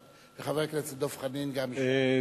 לחבר הכנסת דב חנין יש גם כן שאלה.